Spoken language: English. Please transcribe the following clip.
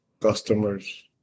customers